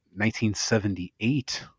1978